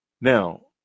Now